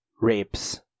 rapes